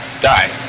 die